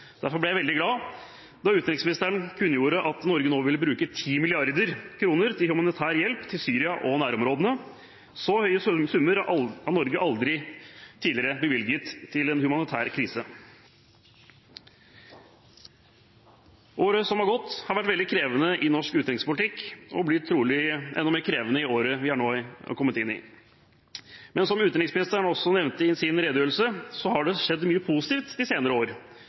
Derfor ble jeg veldig glad da utenriksministeren kunngjorde at Norge nå vil bruke 10 mrd. kr til humanitær hjelp til Syria og nærområdene. Så høye summer har Norge aldri tidligere bevilget til en humanitær krise. Året som har gått, har vært veldig krevende i norsk utenrikspolitikk, og det blir trolig enda mer krevende i året vi nå har gått inn i. Men som utenriksministeren også nevnte i sin redegjørelse, har det skjedd mye positivt de senere år.